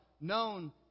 known